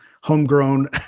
homegrown